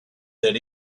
that